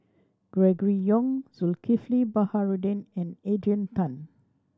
Gregory Yong Zulkifli Baharudin and Adrian Tan